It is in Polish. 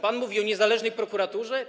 Pan mówi o niezależnej prokuraturze?